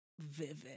vivid